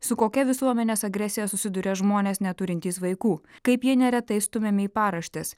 su kokia visuomenės agresija susiduria žmonės neturintys vaikų kaip jie neretai stumiami į paraštes